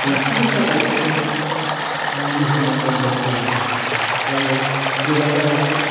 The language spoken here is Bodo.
एम्फौनि थाखाय जों मुलि होनो गोनां बायध' जायो तारमाने गोजा जालांबाय